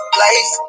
life